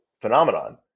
phenomenon